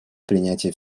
принятие